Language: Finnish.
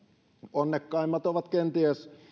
onnekkaimmat ovat kenties